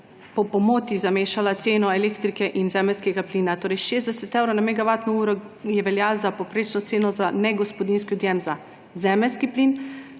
po pomoti zamešala ceno elektrike in zemeljskega plina. 60 evrov na megavatno uro velja za povprečno ceno za negospodinjski odjem za zemeljski plin,